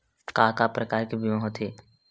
का का प्रकार के बीमा होथे?